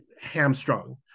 hamstrung